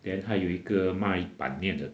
then 还有一个卖拌面的